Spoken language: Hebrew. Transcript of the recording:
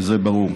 זה ברור.